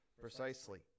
Precisely